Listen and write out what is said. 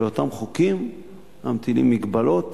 לאותם חוקים המטילים מגבלות